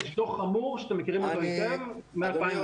דוח חמור שאתם מכירים אותו היטב מ-2017.